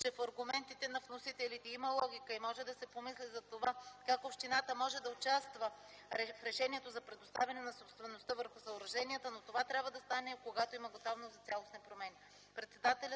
че в аргументите на вносителите има логика и може да се помисли за това как общината може да участва в решението за предоставяне на собствеността върху съоръженията, но това трябва да стане, когато има готовност за цялостни промени.